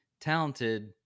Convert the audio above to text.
talented